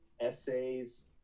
essays